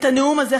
את הנאום הזה,